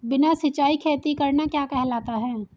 बिना सिंचाई खेती करना क्या कहलाता है?